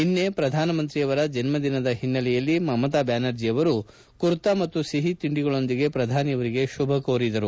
ನಿನ್ನೆ ಪ್ರಧಾನಮಂತ್ರಿಯವರ ಜನ್ನದಿನದ ಹಿನ್ನೆಲೆಯಲ್ಲಿ ಮಮತಾ ಬ್ಲಾನರ್ಜಿ ಅವರು ಕುರ್ತಾ ಮತ್ತು ಸಿಹಿ ತಿಂಡಿಗಳೊಂದಿಗೆ ಪ್ರಧಾನಿಯವರಿಗೆ ಶುಭಕೋರಿದರು